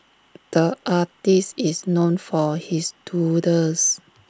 the artist is known for his doodles